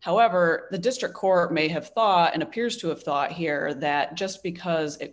however the district court may have thought and appears to have thought here that just because it